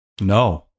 No